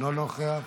לא נוכח,